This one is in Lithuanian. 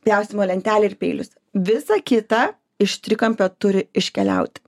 pjaustymo lentelę ir peilius visa kita iš trikampio turi iškeliauti